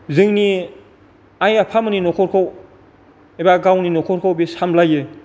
जोंंनि आइ आफामोननि न'खरखौ एबा गावनि न'खरखौ बे सामलायो